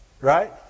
right